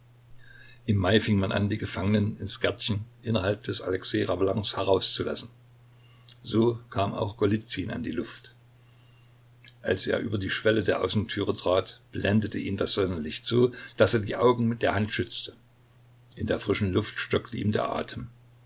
im mai fing man an die gefangenen ins gärtchen innerhalb des alexej ravelins herauszulassen so kam auch golizyn an die luft als er über die schwelle der außentüre trat blendete ihn das sonnenlicht so daß er die augen mit der hand schützte in der frischen luft stockte ihm der atem